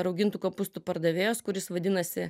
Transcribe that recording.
raugintų kopūstų pardavėjas kuris vadinasi